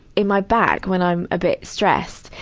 in my back, when i'm a bit stressed,